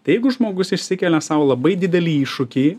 tai jeigu žmogus išsikelia sau labai didelį iššūkį